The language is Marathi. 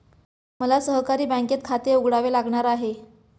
मला सहकारी बँकेत खाते उघडावे लागणार आहे